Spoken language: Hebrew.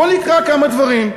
בוא נקרא כמה דברים.